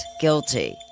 guilty